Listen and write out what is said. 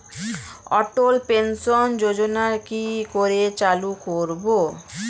অটল pension যোজনার কি করে চালু করব?